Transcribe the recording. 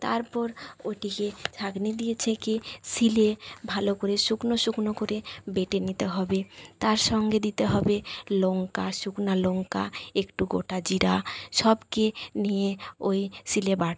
তারপর ওটিকে ছাঁকনি দিয়ে ছেঁকে শিলে ভালো করে শুকনো শুকনো করে বেটে নিতে হবে তার সঙ্গে দিতে হবে লঙ্কা শুকনো লঙ্কা একটু গোটা জিরে সবকে নিয়ে ওই শিলে বাটতে হবে